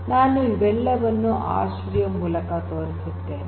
ನಾನು ಇವೆಲ್ಲವನ್ನೂ R studio ಮೂಲಕ ತೋರಿಸುತ್ತೇನೆ